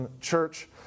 church